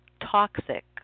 toxic